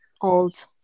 old